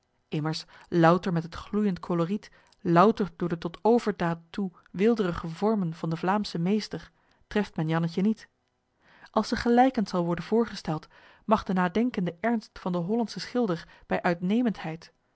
louter met het gloeijend koloriet louter door de tot overdaad toe weelderige vormen van den vlaamschen meester treft men jannetje niet als ze gelijkend zal worden voorgesteld mag de nadenkende ernst van den hollandschen schilder bij